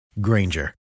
Granger